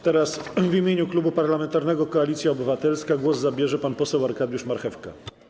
Teraz w imieniu Klubu Parlamentarnego Koalicja Obywatelska głos zabierze pan poseł Arkadiusz Marchewka.